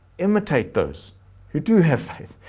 imitate those who do have faith.